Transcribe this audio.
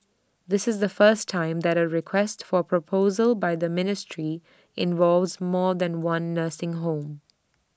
this is the first time that A request for proposal by the ministry involves more than one nursing home